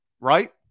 right